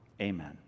Amen